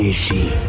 ah she